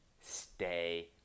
stay